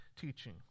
teaching